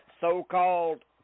so-called